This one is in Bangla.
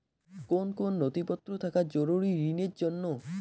কোন কোন নথিপত্র থাকা জরুরি ঋণের জন্য?